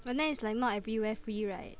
but then it's like not everywhere free right